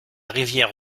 rivière